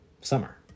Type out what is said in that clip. summer